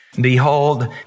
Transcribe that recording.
Behold